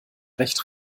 recht